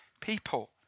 people